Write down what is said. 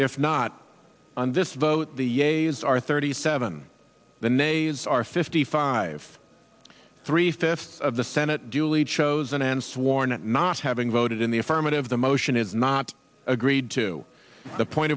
if not on this vote the yeas are thirty seven the knaves are fifty five three fifths of the senate duly chosen and sworn at not having voted in the affirmative the motion is not agreed to the point